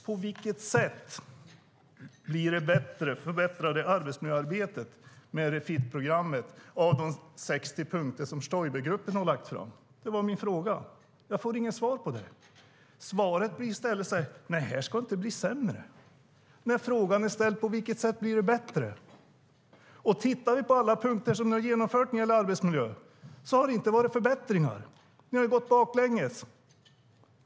På vilket sätt förbättras arbetsmiljöarbetet av Refit-programmet när det gäller de 60 punkter som Stoibergruppen har lagt fram? Jag får inget svar på mina frågor. Svaret blir i stället att här inte ska bli sämre. Men på vilket sätt blir det bättre? Om vi tittar på alla punkter som har genomförts när det gäller arbetsmiljön har det inte blivit några förbättringar. Ni har gått baklänges.